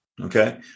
Okay